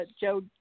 Joe